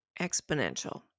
exponential